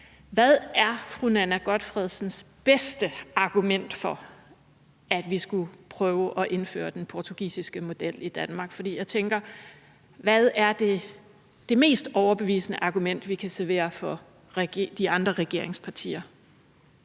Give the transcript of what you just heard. hvad er fru Nanna W. Gotfredsens bedste argument for, at vi skulle prøve at indføre den portugisiske model i Danmark? Hvad er det mest overbevisende argument, vi kan servere for de andre regeringspartier?